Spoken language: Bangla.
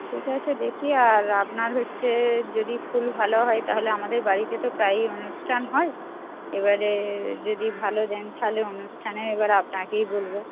ঠিক আছে দেখি আর আপনার হচ্ছে যদি ফুল ভালো হয় তাহলে আমাদের বাড়িতে তো প্রায়ই অনুষ্ঠান হয় এবারে যদি ভালো দেন তাহলে অনুষ্ঠানে এবারে আপনাকেই বলব